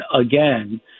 again